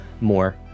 more